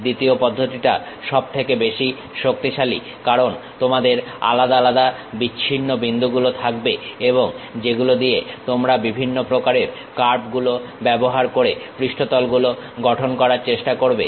দ্বিতীয় পদ্ধতিটা সবথেকে বেশি শক্তিশালী কারণ তোমাদের আলাদা আলাদা বিচ্ছিন্ন বিন্দুগুলো থাকবে এবং যেগুলো দিয়ে তোমরা বিভিন্ন প্রকারের কার্ভ গুলো ব্যবহার করে পৃষ্ঠতল গুলো গঠন করার চেষ্টা করবে